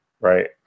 right